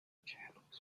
candles